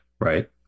right